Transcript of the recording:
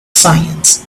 sands